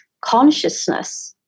consciousness